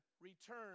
return